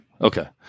Okay